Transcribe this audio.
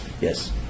yes